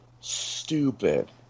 stupid